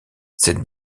cette